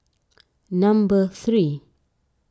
number three